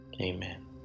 amen